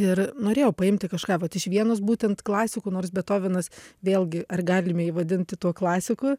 ir norėjau paimti kažką vat iš vienos būtent klasikų nors betovenas vėlgi ar galime jį vadinti tuo klasiku